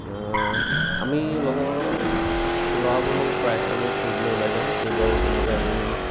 আমি লগৰ ল'ৰাবোৰ লগত প্ৰায় আমি ফুৰিবলৈ ওলাই যাওঁ এইবাৰো তেনেকে আমি